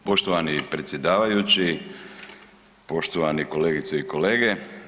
Poštovani predsjedavajući, poštovane kolegice i kolege.